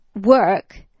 work